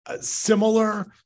similar